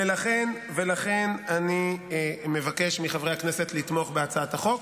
לכן אני מבקש מחברי הכנסת לתמוך בהצעת החוק.